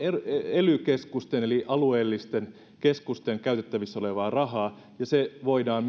ely keskusten eli alueellisten keskusten käytettävissä olevaa rahaa ja se voidaan